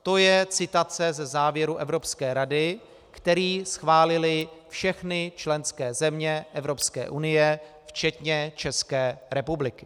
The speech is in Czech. To je citace ze závěru Evropské rady, který schválily všechny členské země Evropské unie včetně České republiky.